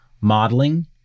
modeling